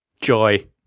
joy